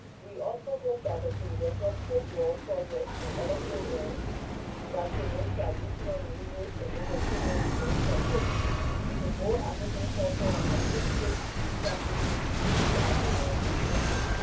we also hope that the philadelphia folklore project and other programs that promote traditional music and entertainment will lend support to more african culture and artistic practices throughout the world. thank you.